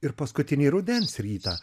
ir paskutinį rudens rytą